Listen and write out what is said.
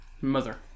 Mother